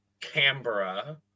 Canberra